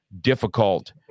difficult